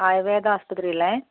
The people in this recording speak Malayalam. ആയുർവേദ ആശുപത്രി അല്ലെ